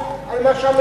ביום שהכנסת התכנסה,